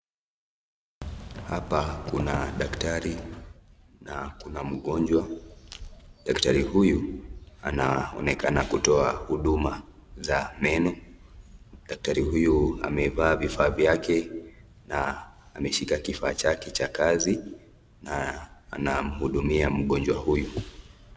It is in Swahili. Hapa kuna daktari na kuna gonjwa, daktari huyu anaonekana kutoa huduma za meno, daktari huyu amevaa vifaa vyake, na ameshika kifaa chake cha kazi na anamhudumia mgonjwa huyu.